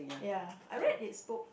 ya I read his book